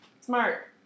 Smart